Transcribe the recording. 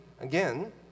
again